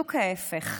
בדיוק ההפך.